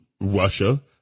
Russia